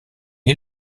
est